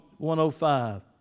105